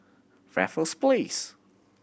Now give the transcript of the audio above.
Raffles Place